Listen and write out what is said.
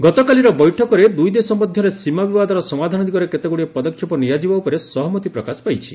ଗତକାଲିର ବୈଠକରେ ଦୁଇଦେଶ ମଧ୍ୟରେ ସୀମା ବିବାଦର ସମାଧାନ ଦିଗରେ କେତେଗୁଡ଼ିଏ ପଦକ୍ଷେପ ନିଆଯିବା ଉପରେ ସହମତି ପ୍ରକାଶ ପାଇଛି